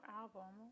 album